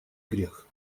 грех